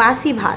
বাসি ভাত